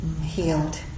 healed